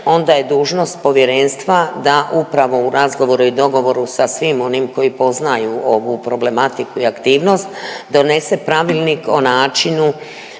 onda je dužnost Povjerenstva da upravo u razgovoru i dogovoru sa svim onim koji poznaju ovu problematiku i aktivnost donese Pravilnik o načinu